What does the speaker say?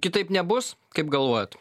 kitaip nebus kaip galvojat